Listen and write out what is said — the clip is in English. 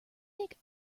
make